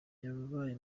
yabaye